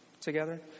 together